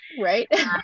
Right